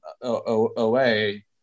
away